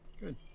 good